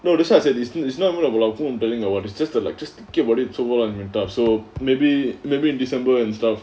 that's why I said it's not about whom I'm telling or what it's just the like it's just thinking about it so far it's tough so maybe maybe in december and stuff